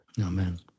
Amen